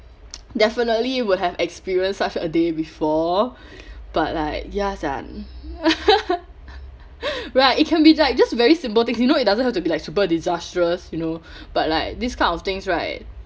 efinitely would have experience such a day before but like ya sia right it can be like just very simple things you know it doesn't have to super disastrous you know but like this kind of things right